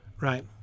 Right